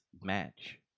match